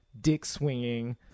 dick-swinging